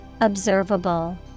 Observable